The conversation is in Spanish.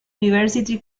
university